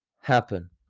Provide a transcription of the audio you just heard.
happen